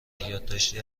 یادداشتی